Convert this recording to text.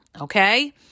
Okay